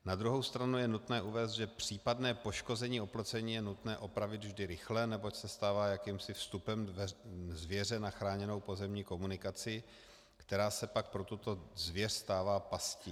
Na druhou stranu je nutné uvést, že případné poškození oplocení je nutné opravit vždy rychle, neboť se stává jakýmsi vstupem zvěře na chráněnou pozemní komunikaci, která se pak pro tuto zvěř stává pastí.